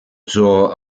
цього